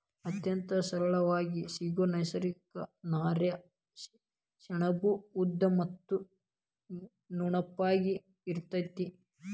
ಅತ್ಯಂತ ಸರಳಾಗಿ ಸಿಗು ನೈಸರ್ಗಿಕ ನಾರೇ ಸೆಣಬು ಉದ್ದ ಮತ್ತ ನುಣುಪಾಗಿ ಇರತತಿ